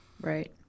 Right